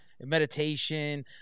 meditation